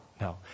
No